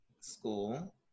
school